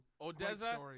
Odessa